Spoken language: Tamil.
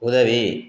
உதவி